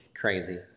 crazy